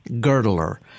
girdler